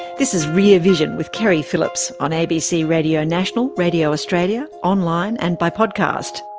this is rear vision with keri phillips on abc radio national, radio australia, online and by podcast.